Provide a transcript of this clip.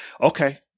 okay